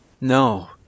No